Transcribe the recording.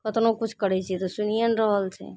कतनो किछु करै छियै तऽ सुनिए नहि रहल छै